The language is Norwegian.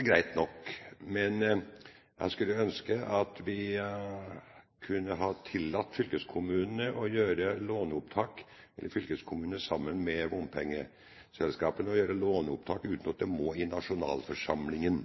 er greit nok. Men jeg skulle ønske at vi kunne ha tillatt fylkeskommunene å gjøre låneopptak sammen med bompengeselskapene uten at det må opp i nasjonalforsamlingen.